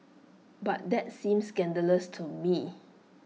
but that seems scandalous to me